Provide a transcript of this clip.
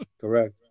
Correct